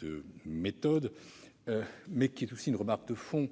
de méthode, qui est aussi une remarque de fond.